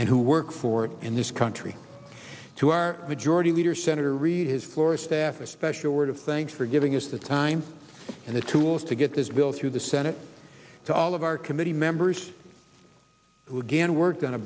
and who work for it in this country to our majority leader senator reid his floor staff a special word of thanks for giving us the time and the tools to get this bill through the senate to all of our committee members who again work on a